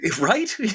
Right